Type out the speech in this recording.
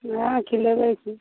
वएह खिलेबै कि